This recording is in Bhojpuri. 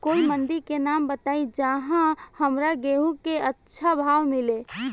कोई मंडी के नाम बताई जहां हमरा गेहूं के अच्छा भाव मिले?